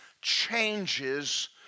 changes